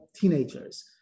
teenagers